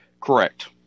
Correct